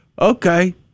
okay